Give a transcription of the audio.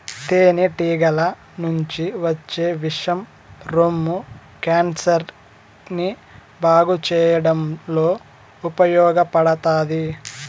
తేనె టీగల నుంచి వచ్చే విషం రొమ్ము క్యాన్సర్ ని బాగు చేయడంలో ఉపయోగపడతాది